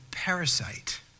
parasite